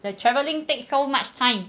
the travelling take so much time